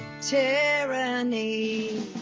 tyranny